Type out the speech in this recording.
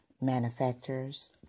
Manufacturers